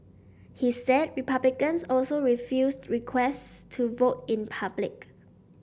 he said Republicans also refused requests to vote in public